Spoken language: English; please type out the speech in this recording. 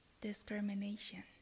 discrimination